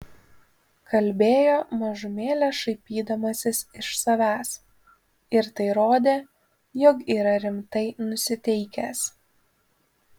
kalbėjo mažumėlę šaipydamasis iš savęs ir tai rodė jog yra rimtai nusiteikęs